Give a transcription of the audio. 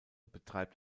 betreibt